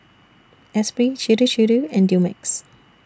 Esprit Chir Chir and Dumex